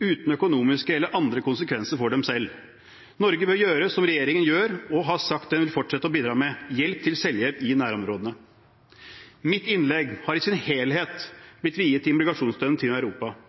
uten økonomiske eller andre konsekvenser for dem selv. Norge bør gjøre som regjeringen gjør, og har sagt den vil fortsette å bidra med: hjelp til selvhjelp i nærområdene. Mitt innlegg har i sin helhet blitt viet til migrasjonsstrømmen til Europa –